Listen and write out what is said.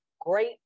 great